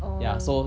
oh